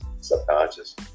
subconscious